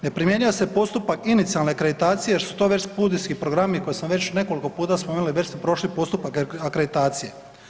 Ne primjenjuje se postupak inicijalne akreditacije jer su to već studijski programi koje sam već nekoliko puta spomenuo i već su prošli postupak akreditacije.